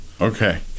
okay